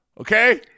Okay